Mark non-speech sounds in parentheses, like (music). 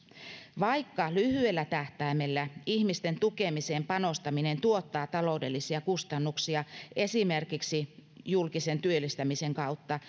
vaikka lyhyellä tähtäimellä ihmisten tukemiseen panostaminen tuottaa taloudellisia kustannuksia esimerkiksi julkisen työllistämisen kautta (unintelligible)